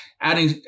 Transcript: adding